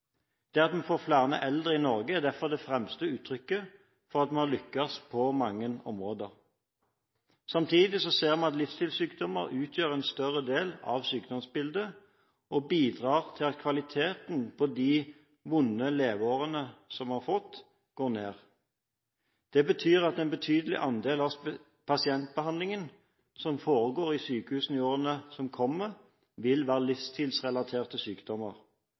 Det at vi får flere eldre i Norge, er derfor det fremste uttrykket for at vi har lyktes på mange områder. Samtidig ser vi at livsstilssykdommer utgjør en større del av sykdomsbildet og bidrar til at kvaliteten på de «vonde» leveårene som vi har vunnet, går ned. Det betyr at en betydelig andel av pasientbehandlingen som foregår på sykehusene våre i årene som kommer, vil være